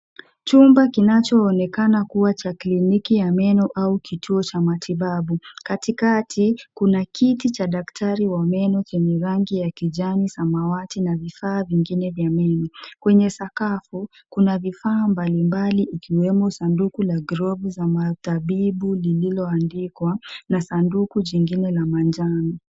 Chumba kinachoonekana kuwa cha kliniki ya meno au kituo cha matibabu. Katikati kuna kiti cha daktari wa meno chenye rangi ya kijani samawati na vifaa vingine vya meno. Kwenye sakafu, kuna vifaa mbalimbali ikiwemo sanduku la glovu za matabibu lililoandikwa na sanduku jingine la manjano.